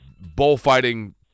bullfighting